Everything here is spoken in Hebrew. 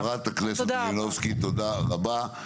חברת הכנסת, מלינובסקי, תודה רבה.